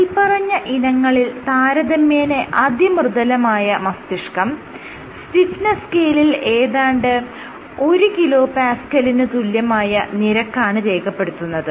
മേല്പറഞ്ഞ ഇനങ്ങളിൽ താരതമ്യേന അതിമൃദുലമായ മസ്തിഷ്കം സ്റ്റിഫ്നെസ്സ് സ്കെയിലിൽ ഏതാണ്ട് 1 kPa ന് തുല്യമായ നിരക്കാണ് രേഖപ്പെടുത്തുന്നത്